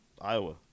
Iowa